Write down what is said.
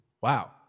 wow